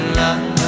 love